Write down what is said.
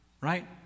Right